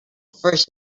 first